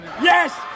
Yes